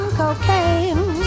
cocaine